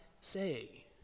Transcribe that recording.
say